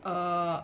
err